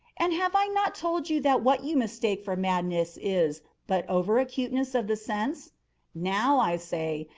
and have i not told you that what you mistake for madness is but over-acuteness of the sense now, i say,